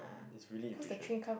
it's really efficient